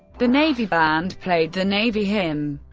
the navy band played the navy hymn.